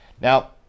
Now